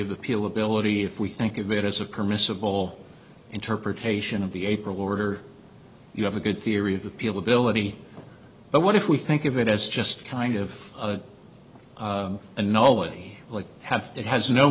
of appeal ability if we think of it as a permissible interpretation of the april order you have a good theory of appeal ability but what if we think of it as just kind of a nobody like have it has no